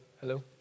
Hello